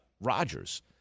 Rodgers